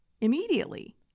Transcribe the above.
immediately